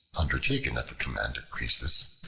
undertaken at the command of croesus,